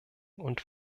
und